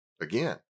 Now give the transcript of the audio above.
Again